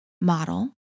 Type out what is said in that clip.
model